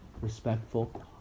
respectful